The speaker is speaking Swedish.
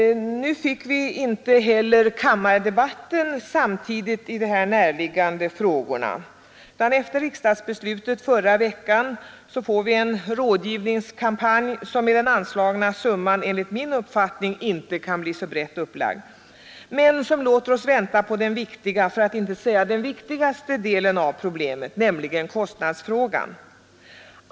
Nu får vi inte heller kammardebatten i dessa närliggande frågor samtidigt. Efter riksdagsbeslutet förra veckan får vi en rådgivningskampanj som med den anslagna summan inte kan bli så brett upplagd. Detta riksdagsbeslut låter oss också vänta på den viktiga, för att inte säga viktigaste delen av problemet, nämligen kostnadsfrågan.